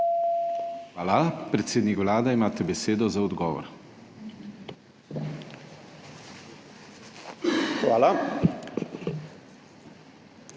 Hvala. Predsednik Vlade, imate besedo za odgovor. **DR.